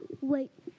Wait